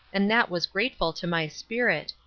and that was grateful to my spirit,